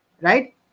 right